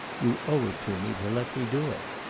you owe it to me to let me do it.